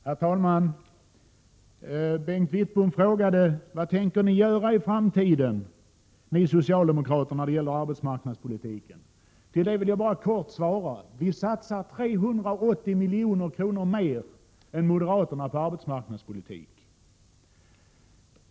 Herr talman! Bengt Wittbom frågade vad socialdemokraterna tänker göra i framtiden när det gäller arbetsmarknadspolitiken. Jag vill bara kort svara att vi satsar 380 milj.kr. mer än moderaterna på arbetsmarknadspolitik.